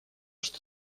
что